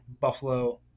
Buffalo